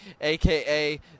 aka